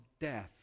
death